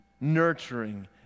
nurturing